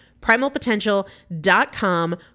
Primalpotential.com